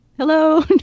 Hello